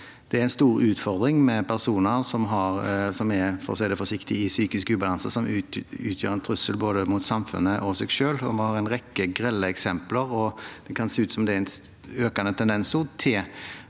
Det er en stor utfordring med personer som er, for å si det forsiktig, i psykisk ubalanse, og som utgjør en trussel for både samfunnet og seg selv. Vi har en rekke grelle eksempler, og det kan se ut som at det er en økende tendens til